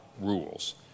rules